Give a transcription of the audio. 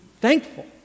thankful